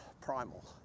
primal